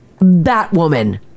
Batwoman